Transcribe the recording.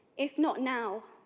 if not now,